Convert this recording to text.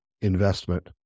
investment